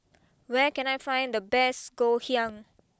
where can I find the best Ngoh Hiang